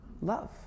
Love